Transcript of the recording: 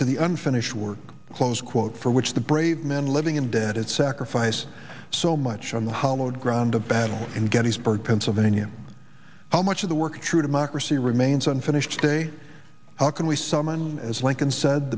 to the unfinished work close quote for which the brave men and living in debt it sacrificed so much on the hollowed ground of battle in gettysburg pennsylvania how much of the work true democracy remains unfinished day how can we summon as lincoln said